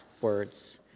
words